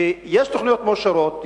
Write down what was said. שיש תוכניות מאושרות,